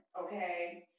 okay